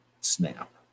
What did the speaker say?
snap